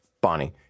Bonnie